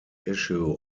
issue